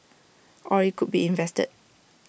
or IT could be invested